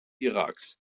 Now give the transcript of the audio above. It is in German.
iraks